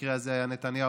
שבמקרה הזה היה נתניהו,